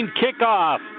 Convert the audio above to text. kickoff